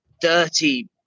dirty